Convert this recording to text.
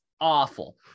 awful